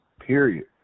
period